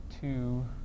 two